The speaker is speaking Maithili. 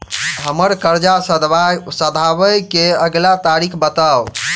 हम्मर कर्जा सधाबई केँ अगिला तारीख बताऊ?